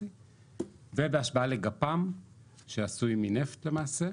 ובהשוואה לגפ"מ שעשוי מנפט למעשה,